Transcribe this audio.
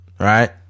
Right